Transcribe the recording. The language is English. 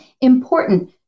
important